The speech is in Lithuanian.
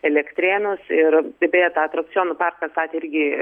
elektrėnus ir stebėjo tą atrakcionų parką statė irgi